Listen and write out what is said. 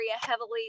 heavily